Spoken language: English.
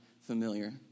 familiar